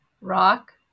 Rock